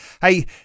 Hey